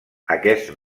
aquest